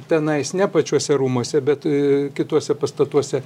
tenais ne pačiuose rūmuose bet kituose pastatuose